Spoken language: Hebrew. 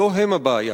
לא הם הבעיה.